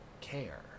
care